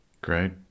Great